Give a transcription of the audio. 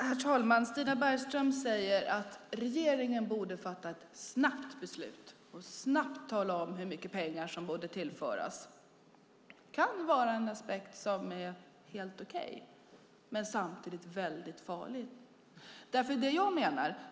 Herr talman! Stina Bergström säger att regeringen borde fatta ett snabbt beslut och snabbt tala om hur mycket pengar som borde tillföras. Det kan vara en aspekt som är helt okej, men samtidigt väldigt farlig.